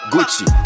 Gucci